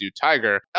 Tiger